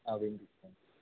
అవింందిస్తాం